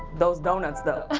those donuts though.